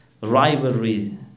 rivalry